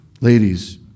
Ladies